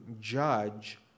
judge